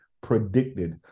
predicted